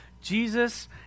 Jesus